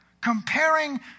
Comparing